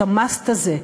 את ה"must" הזה,